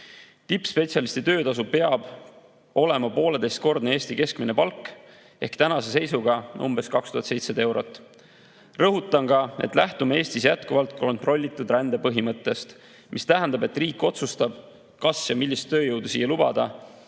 Tippspetsialisti töötasu peab olema pooleteisekordne Eesti keskmine palk ehk tänase seisuga umbes 2700 eurot. Rõhutan ka, et lähtume Eestis jätkuvalt kontrollitud rände põhimõttest, mis tähendab, et riik otsustab, kas ja millist tööjõudu siia lubada